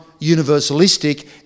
universalistic